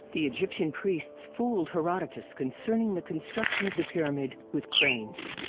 the egyptian priests fooled herodotus concerning the construction of the pyramid with cranes!